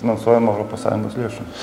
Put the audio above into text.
finansuojama europos sąjungos lėšomis